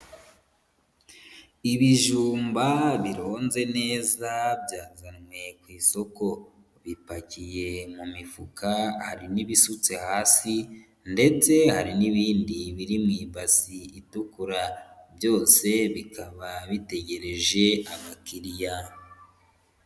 Ibijumba bironze neza byazanwe ku isoko, bipakiye mu mifuka hari n'ibisutse hasi ndetse hari n'ibindi biri mu ibasi itukura, byose bikaba bitegereje abakiriya.